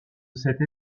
cette